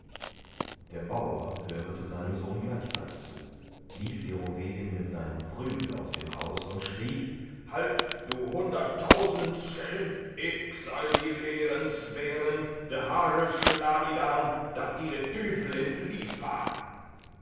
der baur hörete seinem sohn gleichfalls zu lief derowegen mit seinem brügel aus dem haus und schrie halt du hunderttausend etc schelm ick sall di lehren sweren de hagel schla di dan dat di de tüfel int